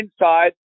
inside